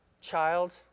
child